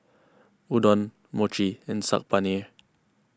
Udon Mochi and Saag Paneer